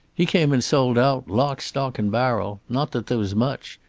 he came and sold out, lock, stock and barrel. not that there was much.